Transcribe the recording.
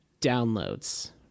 Downloads